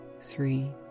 three